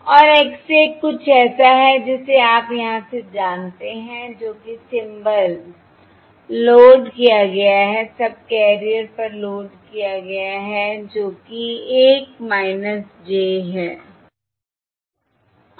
और X 1 कुछ ऐसा है जिसे आप यहां से जानते हैं जो कि सिंबल लोड किया गया है सबकैरियर 1 पर लोड किया गया है जो कि 1 j है